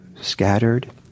scattered